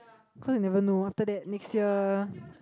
cause you never know after that next year